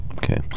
Okay